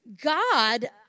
God